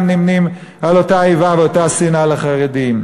נמנים עם אותה איבה ואותה שנאה לחרדים.